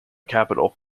capital